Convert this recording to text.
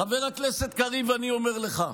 חבר הכנסת קריב, אני אומר לך,